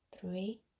three